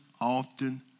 often